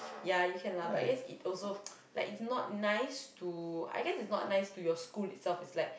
ya you can lah but I guess it also like it's not nice to I guess it's not nice to your school itself it's like